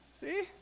See